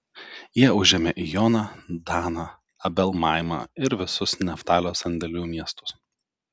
jie užėmė ijoną daną abel maimą ir visus neftalio sandėlių miestus